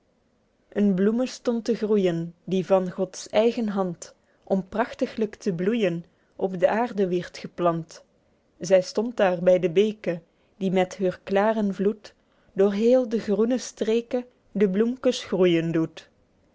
een bloeme stond te groeijen die van gods eigen hand om prachtiglyk te bloeijen op de aerde wierd geplant zy stond daer by de beke die met heur klaren vloed door heel de groene streke de bloemkes groeijen doet